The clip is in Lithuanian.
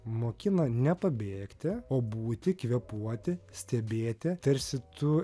mokina ne pabėgti o būti kvėpuoti stebėti tarsi tu